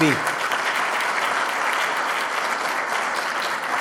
MP. (מחיאות